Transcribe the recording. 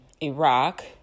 Iraq